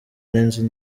n’inzu